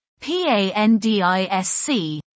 PANDISC